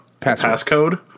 passcode